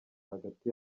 hagati